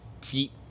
feet